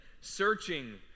searching